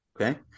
Okay